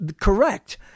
correct